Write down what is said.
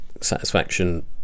satisfaction